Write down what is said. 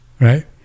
right